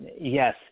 yes